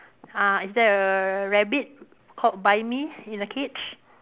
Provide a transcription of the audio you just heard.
uh is there a rabbit called buy me in a cage